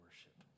worship